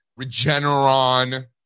Regeneron